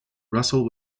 russell